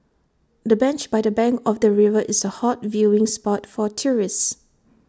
the bench by the bank of the river is A hot viewing spot for tourists